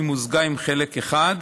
והיא מוזגה עם חלק אחד.